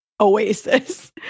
oasis